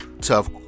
tough